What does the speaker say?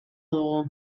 dugu